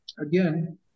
again